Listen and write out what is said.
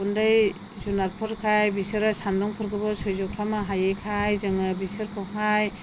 उन्दै जुनारफोरखाय बिसोरो सान्दुंफोरखौबो सैज्य' खालामनो हायिखाय जोङो बिसोरखौहाय